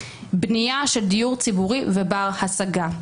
בנייה של דיור ציבורי בר השגה.